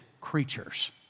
creatures